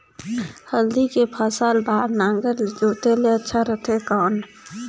हल्दी के फसल बार नागर ले जोते ले अच्छा रथे कौन?